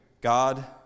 God